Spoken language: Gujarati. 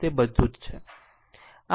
તે બધુ જ છે